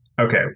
Okay